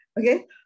Okay